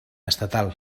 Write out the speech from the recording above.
estatal